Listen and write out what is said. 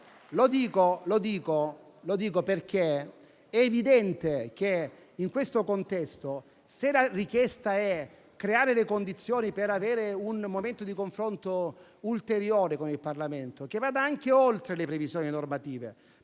Lo dico perché è evidente che in questo contesto, se la richiesta è creare le condizioni per avere un momento di confronto ulteriore con il Parlamento che vada anche oltre le previsioni normative,